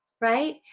Right